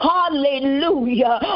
Hallelujah